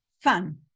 Fun